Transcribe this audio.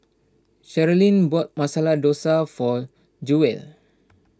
Cherilyn bought Masala Dosa for Jewell